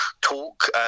talk